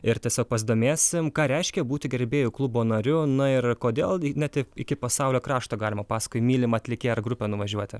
ir tiesiog pasidomėsim ką reiškia būti gerbėjų klubo nariu na ir kodėl ne tik iki pasaulio kraštą galima paskui mylimą atlikėją ar grupę nuvažiuoti